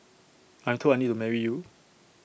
I'm told I need to marry you